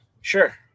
Sure